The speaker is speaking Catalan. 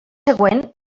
següent